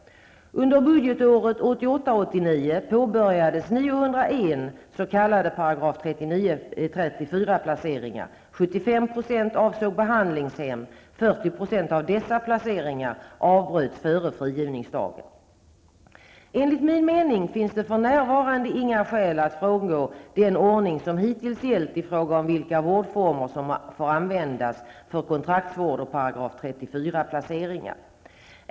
Under budgetåret 1988/89 Enligt min mening finns det för närvarande inga skäl att frångå den ordning som hittills gällt i fråga om vilka vårdformer som får användas för kontraktsvård och § 34-placeringar.